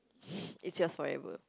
it's yours forever